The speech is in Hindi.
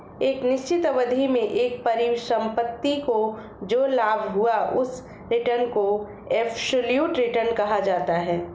एक निश्चित अवधि में एक परिसंपत्ति को जो लाभ हुआ उस रिटर्न को एबसोल्यूट रिटर्न कहा जाता है